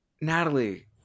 natalie